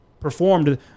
performed